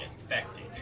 infected